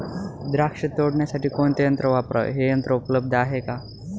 द्राक्ष तोडण्यासाठी कोणते यंत्र वापरावे? हे यंत्र उपलब्ध आहे का?